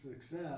success